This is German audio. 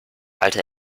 alte